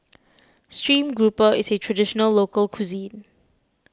Stream Grouper is a Traditional Local Cuisine